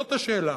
זאת השאלה.